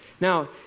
Now